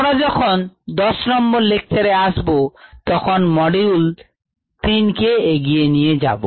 আমরা যখন 10 নম্বর লেকচারে আসব তখন মডিউল 3 কে এগিয়ে নিয়ে যাব